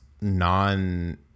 non